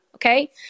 Okay